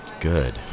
good